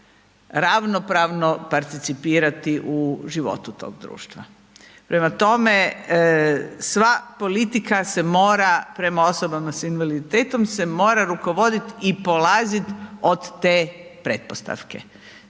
ravnopravno participirati u životu tog društva. Prema tome, sva politika se mora prema osobama s invaliditetom se mora rukovoditi i polaziti od te pretpostavke,